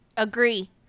Agree